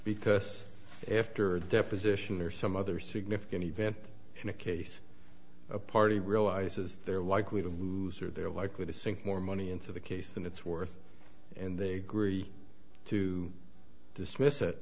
because after a deposition or some other significant event in a case a party realizes they're likely to lose or they're likely to sink more money into the case than it's worth and they agree to dismiss it